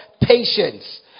Patience